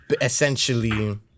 essentially